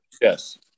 Yes